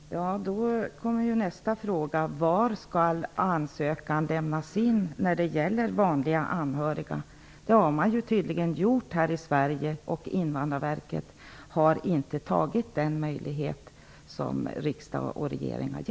Fru talman! Då kommer nästa fråga: Var skall ansökan lämnas in när det gäller vanliga anhöriga? Sådana ansökningar har tydligen lämnats in här i Sverige, men på Invandrarverket har man inte utnyttjat den möjlighet som man har fått av riksdag och regering.